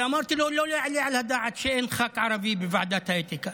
ואמרתי לו שלא יעלה על הדעת שאין ח"כ ערבי בוועדת האתיקה.